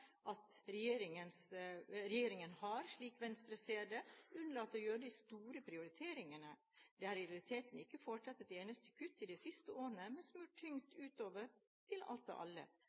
regjeringen – slik Venstre ser det – har unnlatt å gjøre de store prioriteringene. Det er i realiteten ikke foretatt et eneste kutt i de siste årene, men blitt smurt tynt utover til alt og alle.